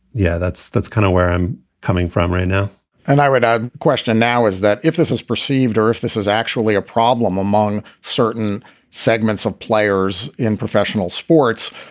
yeah, that's that's kind of where i'm coming from right now and i read a question and now is that if this is perceived or if this is actually a problem among certain segments of players in professional sports,